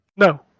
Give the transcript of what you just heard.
No